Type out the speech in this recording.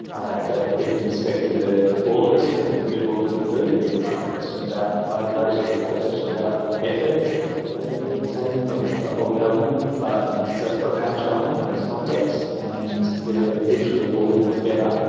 i have to keep in perspective that all of us can only do do what we can do, there's no question about motivation, there's no question about effort from me, from the team, from the whole of government, but it's a profound challenge and it's complex, and we are literally all in it together.